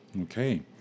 Okay